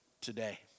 today